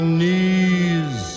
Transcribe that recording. knees